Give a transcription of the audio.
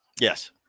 Yes